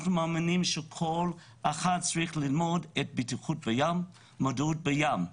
אנחנו מאמינים שכל אחד צריך ללמוד על בטיחות בים ומודעות בים.